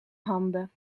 handen